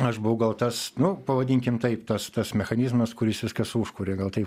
aš buvau gal tas nu pavadinkim taip tas tas mechanizmas kuris viskas užkuria gal tai